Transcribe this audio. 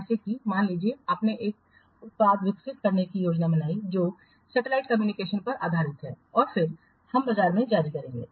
जैसे कि मान लीजिए आपने एक उत्पाद विकसित करने की योजना बनाई है जो सेटेलाइट कम्युनिकेशन पर आधारित है और फिर हम बाजार में जारी करेंगे